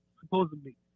Supposedly